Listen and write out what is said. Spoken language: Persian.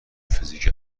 فیزیک